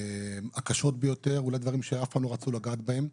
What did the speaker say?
הקשות ביותר, אולי דברים שאף פעם לא רצו לגעת בהם.